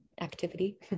activity